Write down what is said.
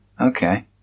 Okay